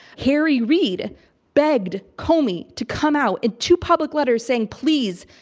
harry reid begged comey to come out in two public letters saying, please,